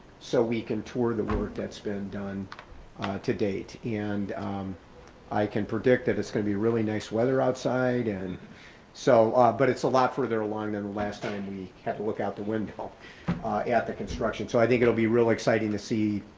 so we can tour the work that's been done to date and i can predict that as gonna be really nice weather outside. and so, but it's a lot further along than last, and we had to look out the window at the construction. so i think it'll be really exciting to see,